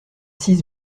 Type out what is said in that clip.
six